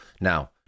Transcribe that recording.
Now